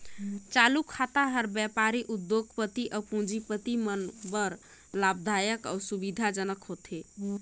चालू खाता हर बेपारी, उद्योग, पति अउ पूंजीपति मन बर लाभदायक अउ सुबिधा जनक होथे